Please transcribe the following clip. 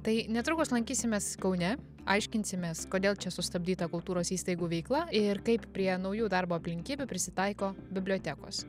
tai netrukus lankysimės kaune aiškinsimės kodėl čia sustabdyta kultūros įstaigų veikla ir kaip prie naujų darbo aplinkybių prisitaiko bibliotekos